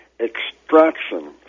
extraction